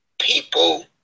People